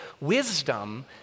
Wisdom